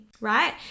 right